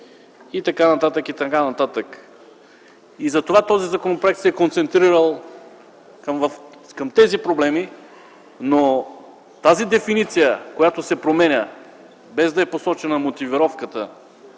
хората чакат с години). Затова законопроектът се е концентрирал към тези проблеми, но тази дефиниция, която се променя, без да е посочена мотивировката